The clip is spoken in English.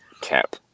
Cap